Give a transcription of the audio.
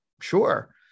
sure